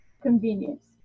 convenience